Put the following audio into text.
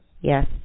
Yes